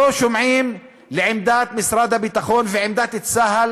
לא שומעים לעמדת משרד הביטחון ועמדת צה"ל